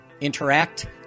interact